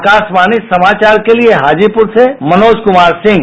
आकाशवाणी समाचार के लिए हाजीपुर से मनोज कुमार सिंह